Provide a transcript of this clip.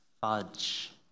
fudge